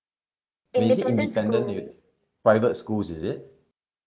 is it independent you private schools is it